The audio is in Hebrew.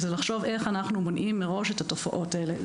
זה לחשוב איך אנחנו מונעים מראש את התופעות האלה.